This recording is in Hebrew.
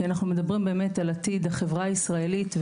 כי אנחנו מדברים באמת על עתיד החברה הישראלית,